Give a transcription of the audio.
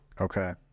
Okay